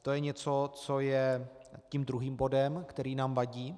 To je něco, co je tím druhým bodem, který nám vadí.